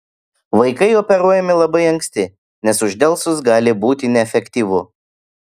vaikai operuojami labai anksti nes uždelsus gali būti neefektyvu